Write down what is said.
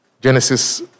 Genesis